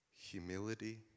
humility